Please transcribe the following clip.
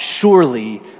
surely